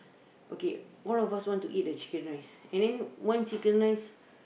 okay all of us want to eat the chicken rice and then one chicken rice